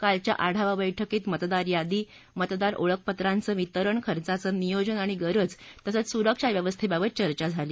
कालच्या आढावा बैठकीत मतदार यादी मतदार ओळखपत्रांच वितरण खर्चाचं नियोजन आणि गरज तसंच सुरक्षा व्यवस्थेबाबत चर्चा झाली